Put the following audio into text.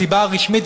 הסיבה הרשמית,